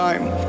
Time